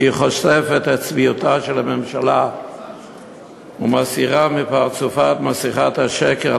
כי היא חושפת את צביעותה של הממשלה ומסירה מפרצופה את מסכת השקר.